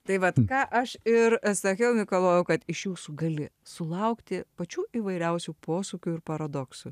tai vat ką aš ir sakiau mikalojau kad iš jūsų gali sulaukti pačių įvairiausių posūkių ir paradoksų